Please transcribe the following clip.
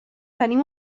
tenim